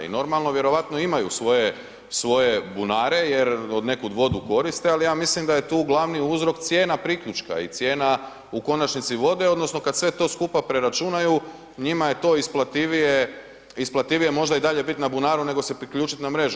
I normalno vjerojatno imaju svoje bunare jer od nekud vodu koriste, ali ja mislim da je tu glavni uzrok cijena priključka i cijena u konačnici vode odnosno kada sve to skupa preračunaju njima je to isplativije možda i dalje biti na bunaru nego se priključiti na mrežu.